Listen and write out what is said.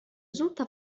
زرت